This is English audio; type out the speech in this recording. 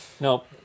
Nope